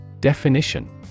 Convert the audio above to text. Definition